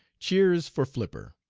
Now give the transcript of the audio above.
cheers for flipper.